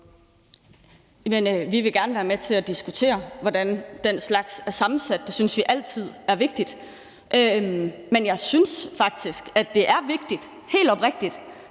Vi vil gerne være med til at diskutere, hvordan den slags er sammensat. Det synes vi altid er vigtigt. Men jeg synes faktisk, det er vigtigt – helt oprigtigt